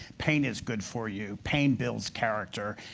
pain is good for you. pain builds character.